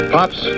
Pops